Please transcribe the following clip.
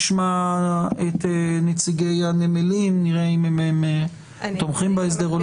נשמע את נציגי הנמלים ונראה אם הם תומכים בהסדר או לא.